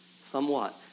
Somewhat